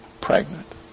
pregnant